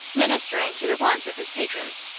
ministering to the wants of his patrons.